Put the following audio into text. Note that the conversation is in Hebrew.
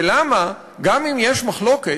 ולמה, גם אם יש מחלוקת,